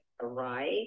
arrive